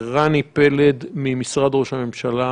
רני פלד ממשרד ראש הממשלה,